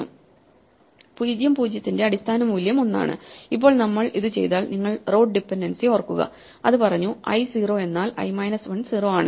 0 0 യുടെ അടിസ്ഥാന മൂല്യം ഒന്നാണ് ഇപ്പോൾ നമ്മൾ ഇത് ചെയ്താൽ ഓർക്കുക നിങ്ങൾ റോഡ് ഡിപൻഡൻസി ഓർക്കുക അത് പറഞ്ഞു i 0 എന്നാൽ i 1 0 ആണ്